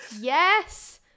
Yes